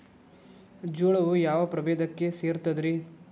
ಜೋಳವು ಯಾವ ಪ್ರಭೇದಕ್ಕ ಸೇರ್ತದ ರೇ?